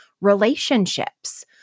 relationships